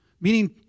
Meaning